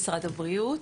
משרד הבריאות.